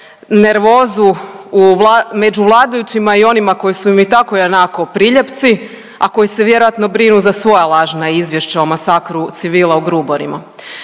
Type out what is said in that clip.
nervozu u, među vladajućima i onima koji su im tako ionako priljepci, a koji se vjerojatno brinu za svoj lažna izvješća o masakru civila u Gruborima.